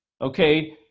Okay